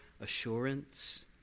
assurance